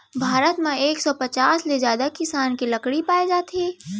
भारत म एक सौ पचास ले जादा किसम के लकड़ी पाए जाथे